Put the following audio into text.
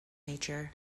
nature